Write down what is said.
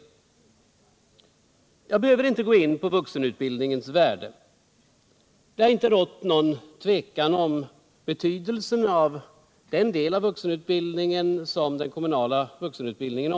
Jag behöver inte gå in på vuxenutbildningens värde. Det har inte rått något tvivel om betydelsen av den kommunala vuxenutbildningen.